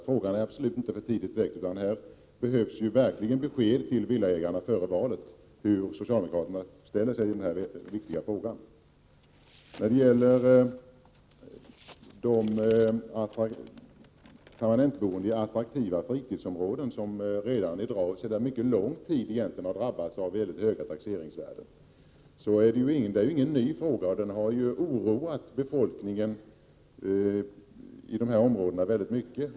Frågan är absolut inte för tidigt 9 Vissa frågor inför all väckt, utan det behövs besked till villaägarna före valet om hur socialdemokraterna ställer sig i denna viktiga fråga. De permanentboende i attraktiva fritidsområden har sedan mycket lång tid drabbats av mycket höga taxeringsvärden. Detta är ingen ny fråga utan den har oroat befolkningen i dessa områden väldigt länge.